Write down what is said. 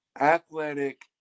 athletic